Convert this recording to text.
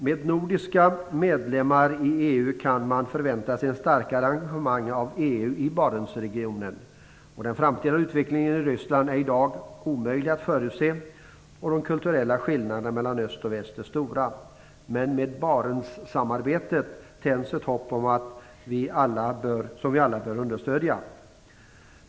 Med nordiska medlemmar i EU kan man förvänta sig ett starkare engagemang av EU i Barentsregionen. Den framtida utvecklingen i EU är i dag omöjlig att förutse, och de kulturella skillnaderna mellan öst och väst är stora. Men med Barentssamarbetet tänds ett hopp som vi alla bör understödja.